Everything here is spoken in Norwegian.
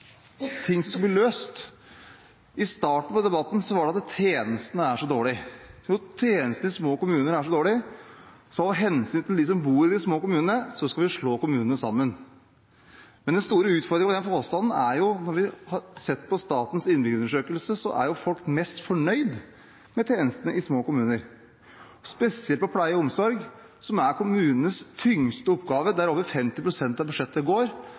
ting som skulle bli løst. I starten av debatten ble det sagt at tjenestene er så dårlige, og siden tjenestene i små kommuner er så dårlige, skal vi av hensyn til dem som bor i de små kommunene, slå kommunene sammen. Men den store utfordringen med den påstanden er at når vi har sett på statens innbyggerundersøkelse, så er jo folk mest fornøyd med tjenestene i små kommuner. Spesielt når det gjelder pleie og omsorg, som er kommunenes tyngste oppgaver, som over 50 pst. av budsjettet går